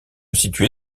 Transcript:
située